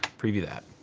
preview that.